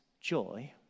joy